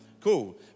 cool